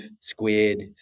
squid